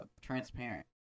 transparent